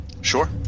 Sure